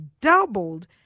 doubled